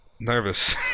nervous